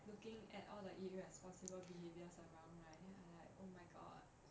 looking at all the irresponsible behaviours around like that I'm like oh my god